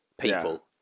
people